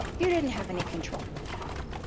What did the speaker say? you didn't have any control,